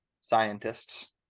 scientists